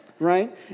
Right